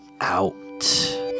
out